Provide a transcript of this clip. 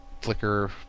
Flickr